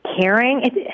caring